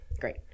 Great